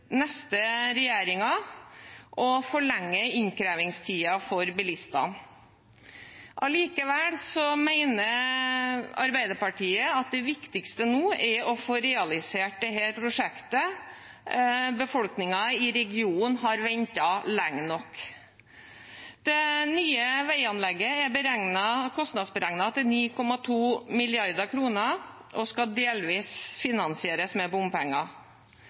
neste regjering og forlenger innkrevingstiden for bilistene. Allikevel mener Arbeiderpartiet at det viktigste nå er å få realisert dette prosjektet. Befolkningen i regionen har ventet lenge nok. Det nye veianlegget er kostnadsberegnet til 9,2 mrd. kr og skal delvis finansieres med bompenger.